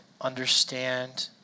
understand